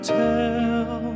tell